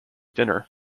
dinner